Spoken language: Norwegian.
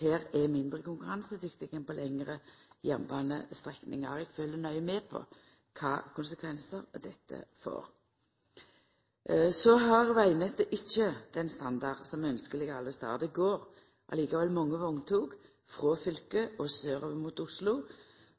her er mindre konkurransedyktig enn på lengre jernbanestrekningar. Eg følgjer nøye med på kva konsekvensar dette får. Vegnettet har ikkje den standarden som er ynskjeleg alle stader. Det går likevel mange vogntog frå fylket og sørover mot Oslo.